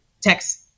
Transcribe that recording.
text